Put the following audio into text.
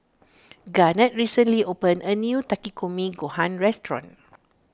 Garnett recently opened a new Takikomi Gohan restaurant